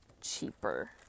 cheaper